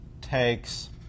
takes